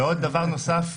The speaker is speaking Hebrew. ודבר נוסף,